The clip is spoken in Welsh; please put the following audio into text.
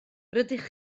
rydych